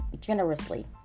generously